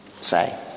say